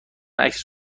عکس